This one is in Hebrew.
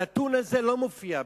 הנתון הזה לא מופיע בעיתון.